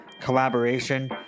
collaboration